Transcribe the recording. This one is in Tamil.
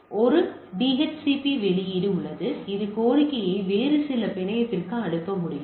ஒரு டிஹெச்சிபி வெளியீடு உள்ளது இது கோரிக்கையை வேறு சில பிணையத்திற்கு அனுப்ப முடியும்